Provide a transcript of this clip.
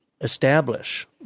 establish